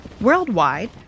Worldwide